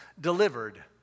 delivered